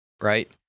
right